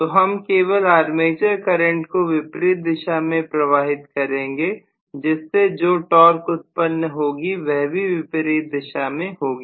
तो हम केवल आर्मेचर करंट को विपरीत दिशा में प्रवाहित करेंगे जिससे जो टॉर्क उत्पन्न होगी वह भी विपरीत दिशा में होगी